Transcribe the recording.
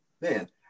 Man